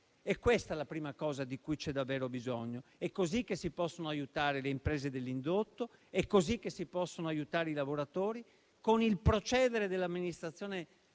È questa la prima cosa di cui c'è davvero bisogno. È così che si possono aiutare le imprese dell'indotto; è così che si possono aiutare i lavoratori: con il procedere dell'amministrazione